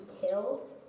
killed